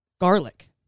garlic